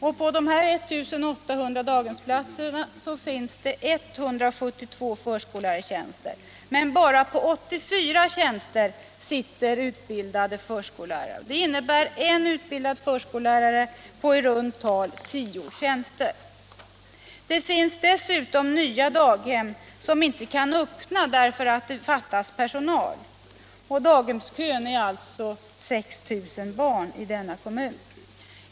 Till dessa platser finns det 172 förskollärartjänster. Men bara på 84 tjänster sitter utbildade förskollärare. Det innebär en förskollärare på i runt tal tio tjänster. Dessutom finns det nya daghem som inte kan öppna därför att det fattas personal. Och daghemskön är på 6 000 barn i denna kommun.